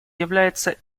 является